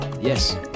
yes